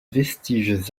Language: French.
vestiges